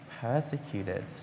persecuted